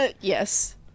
yes